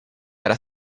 era